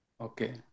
okay